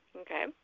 Okay